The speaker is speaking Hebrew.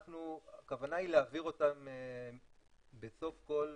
הכוונה היא להעביר אותם בסוף כל רבעון,